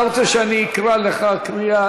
אתה רוצה שאני אקרא לך קריאה?